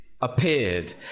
appeared